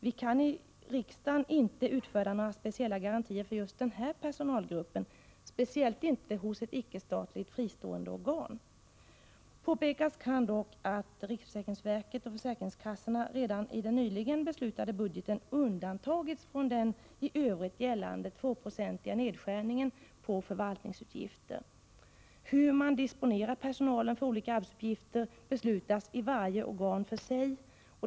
Vi kan i riksdagen inte utfärda några särskilda garantier för just den här personalgruppen, speciellt inte hos ett icke-statligt fristående organ. Påpekas kan dock att riksförsäkringsverket och försäkringskassorna redan i den nyligen beslutade budgeten har undantagits från den i övrigt gällande 2-procentiga nedskärningen av förvaltningsutgifterna. Hur man disponerar personalen för olika arbetsuppgifter beslutas av varje organ för sig.